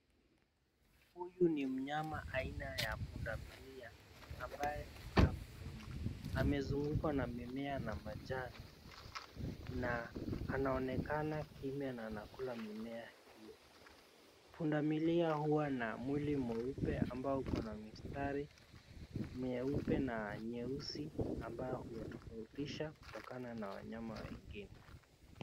Huyu ni mnyama aina ya punda milia ambaye hukaa porini, amezungukwa na mimea na majani na anaonekana kimya na anakula mimea hio. Punda milia hua na mwili mweupe ambao uko na mistari mieupe na mieusi ambao unatofautisha kutokana na wanyama wengine.